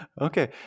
Okay